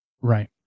Right